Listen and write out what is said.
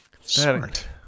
Smart